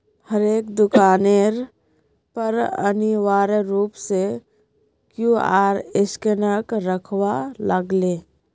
हरेक दुकानेर पर अनिवार्य रूप स क्यूआर स्कैनक रखवा लाग ले